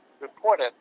reported